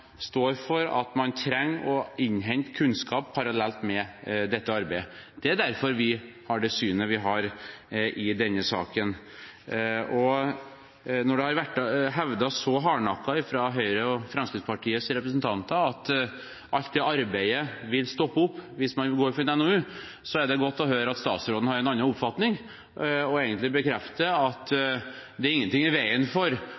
står for at man trenger å innhente kunnskap parallelt med dette arbeidet. Det er derfor vi har det synet vi har i denne saken. Når det så hardnakket hevdes av Høyres og Fremskrittspartiets representanter at alt arbeid vil stoppe opp hvis man går inn for en NOU, er det godt å høre at statsråden har en annen oppfatning og egentlig bekrefter at det ikke er noe i veien for